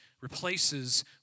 replaces